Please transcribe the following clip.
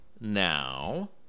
now